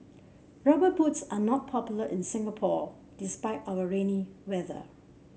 rubber boots are not popular in Singapore despite our rainy weather